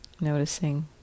noticing